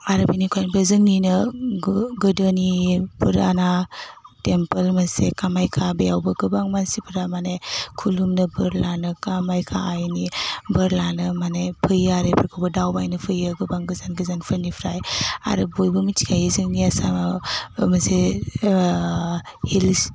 आरो बिनि अनगायैबो जोंनिनो गोदोनि फुराना टेम्पोल मोनसे कामाख्या बेयावबो गोबां मानसिफ्रा माने खुलुमनो बोर लानो कामाख्या आइनि बोर लानो माने फैयो आरो बेफोरखौबो दावबायनो फैयो गोबां गोजान गोजानफोरनिफ्राय आरो बयबो मिथिखायो जोंनि आसामाव मोनसे हिल्स